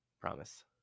Promise